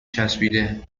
چسبیده